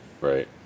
right